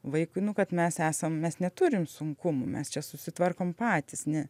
vaikui nu kad mes esam mes neturim sunkumų mes čia susitvarkom patys ne